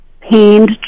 pained